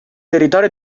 territorio